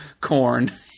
Corn